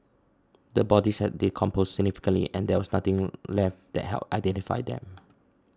the bodies had decomposed significantly and there was nothing left that helped identify them